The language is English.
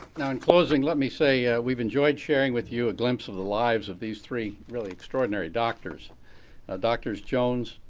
now in closing, let me say we've enjoyed sharing with you a glimpse of the lives of these three really extraordinary doctors. now ah doctors jones,